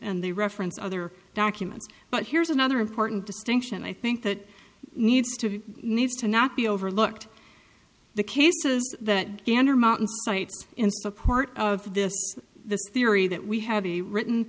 they reference other documents but here's another important distinction i think that needs to needs to not be overlooked the cases that gander mountain cites in support of this theory that we have a written